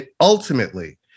ultimately